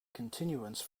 continuance